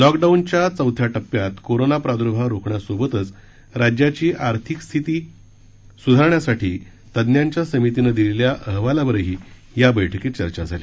लॉकडाऊनच्या चौथ्या टप्प्यात कोरोनाचा प्रादुर्भाव रोखण्यासोबतच राज्याची आर्थिक स्थिती सुधारण्यासाठी तज्ञांच्या समितीनं दिलेल्या अहवालावरही या बैठकीत चर्चा झाली